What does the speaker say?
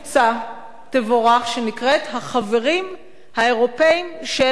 תבורך, שנקראת "החברים האירופים של מדינת ישראל".